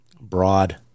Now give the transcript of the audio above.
broad